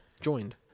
joined